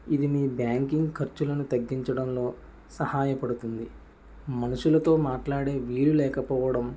ఇది మీ బ్యాంకింగ్ ఖర్చులను తగ్గించడంలో సహాయపడుతుంది మనుషులతో మాట్లాడే వీలులేకపోవడం